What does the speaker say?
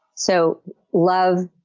so love,